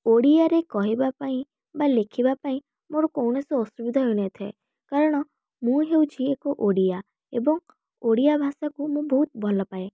ଓଡ଼ିଆରେ କହିବା ପାଇଁ ବା ଲେଖିବା ପାଇଁ ମୋର କୌଣସି ଅସୁବିଧା ହୋଇନଥାଏ କାରଣ ମୁଁ ହେଉଛି ଏକ ଓଡ଼ିଆ ଏବଂ ଓଡ଼ିଆ ଭାଷାକୁ ମୁଁ ବହୁତ ଭଲ ପାଏ